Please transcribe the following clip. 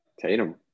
Tatum